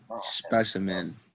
Specimen